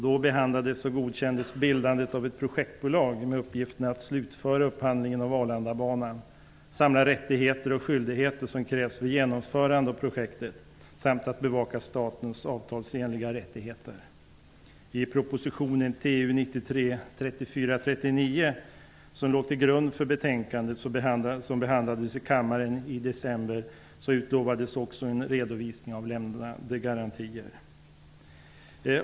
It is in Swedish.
Då behandlades och godkändes bildandet av ett projektbolag med uppgifterna att slutföra upphandlingen av Arlandabanan, samla rättigheter och skyldigheter som krävs för genomförande av projektet samt att bevaka statens avtalsenliga rättigheter. I propositionen 1993/94:39, som låg till grund för det TU-betänkande i ärendet som behandlades i kammaren i december 1993, utlovades också en redovisning av lämnade garantier.